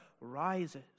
rises